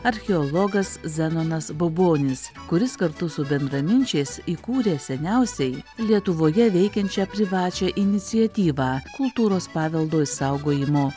archeologas zenonas baubonis kuris kartu su bendraminčiais įkūrė seniausiai lietuvoje veikiančią privačią iniciatyvą kultūros paveldo išsaugojimo